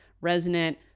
resonant